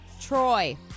Troy